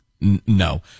No